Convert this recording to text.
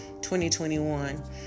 2021